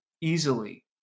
easily